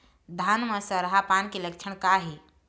धान म सरहा पान के लक्षण का हे?